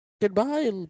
goodbye